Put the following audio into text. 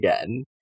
again